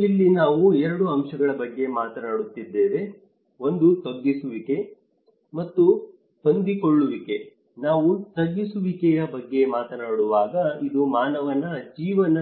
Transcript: ಮತ್ತು ಇಲ್ಲಿ ನಾವು 2 ಅಂಶಗಳ ಬಗ್ಗೆ ಮಾತನಾಡುತ್ತಿದ್ದೇವೆ ಒಂದು ತಗ್ಗಿಸುವಿಕೆ ಮತ್ತು ಹೊಂದಿಕೊಳ್ಳುವಿಕೆ ನಾವು ತಗ್ಗಿಸುವಿಕೆಯ ಬಗ್ಗೆ ಮಾತನಾಡುವಾಗ ಇದು ಮಾನವನ ಜೀವನ